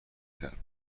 کرد